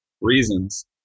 reasons